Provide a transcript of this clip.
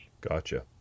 Gotcha